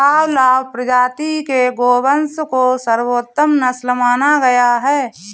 गावलाव प्रजाति के गोवंश को सर्वोत्तम नस्ल माना गया है